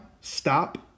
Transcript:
stop